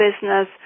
business